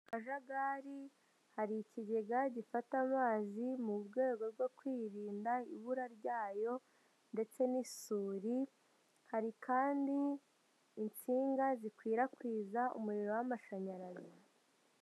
Mu kajagari hari ikigega gifata amazi mu rwego rwo kwirinda ibura ryayo ndetse n'isuri, hari kandi insinga zikwirakwiza umuriro w'amashanyarazi.